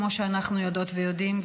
כמו שאנחנו יודעות ויודעים,